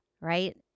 right